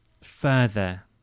further